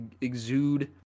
exude